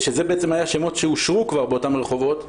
שאלה היו שמות שאושרו כבר באותם רחובות,